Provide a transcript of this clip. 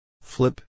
Flip